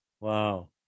Wow